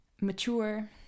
mature